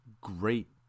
great